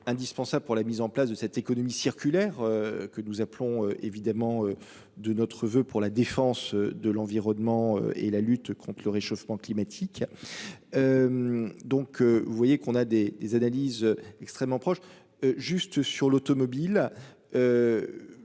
indispensable pour la mise en place de cette économie circulaire que nous appelons évidemment. De notre voeu pour la défense de l'environnement et la lutte contre le réchauffement climatique. Donc vous voyez qu'on a des des analyses extrêmement proches juste sur l'automobile.